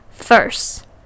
First